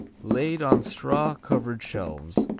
laid on straw-covered shelves,